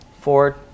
Ford